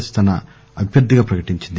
yes తన అభ్యర్దిగా ప్రకటించింది